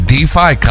DeFi